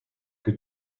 que